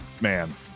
man